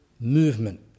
movement